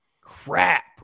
Crap